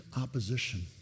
opposition